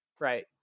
Right